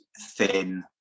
thin